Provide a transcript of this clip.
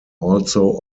also